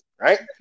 right